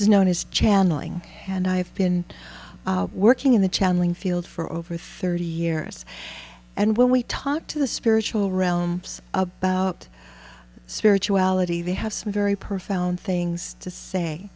is known as channeling and i've been working in the channeling field for over thirty years and when we talk to the spiritual realms about spirituality they have some very profound things to say